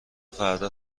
فردا